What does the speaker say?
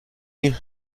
you